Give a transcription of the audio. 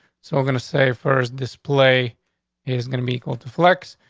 so i'm gonna say first display is gonna be equal deflects.